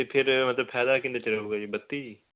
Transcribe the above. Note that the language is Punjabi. ਅਤੇ ਫਿਰ ਮਤਲਬ ਫਾਇਦਾ ਕਿੰਨੇ 'ਚ ਰਹੁਗਾ ਜੀ ਬੱਤੀ ਜੀ